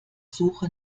suche